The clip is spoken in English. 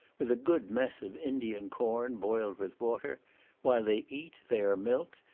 with a good mess of indian corn, boiled with water while they eat, they are milked,